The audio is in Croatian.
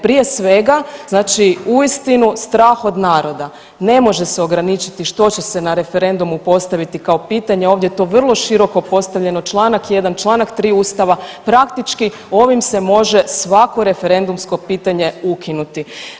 Prije svega znači uistinu strah od naroda ne može se ograničiti što će se na referendumu postaviti kao pitanje, ovdje je to vrlo široko postavljeno, čl. 1., čl. 3. ustava, praktički ovim se može svako referendumsko pitanje ukinuti.